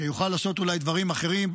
שיוכל לעשות אולי דברים אחרים,